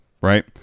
right